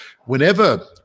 Whenever